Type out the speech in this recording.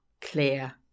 clear